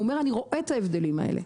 והוא אומר לי אני רואה את ההבדלים האלה,